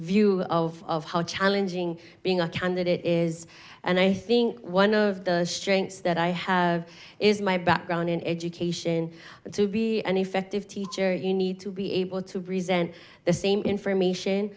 view of how challenging being a candidate is and i think one of the strengths that i have is my background in education to be an effective teacher you need to be able to present the same information